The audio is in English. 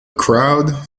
crowd